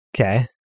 Okay